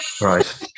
Right